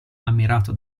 ammirato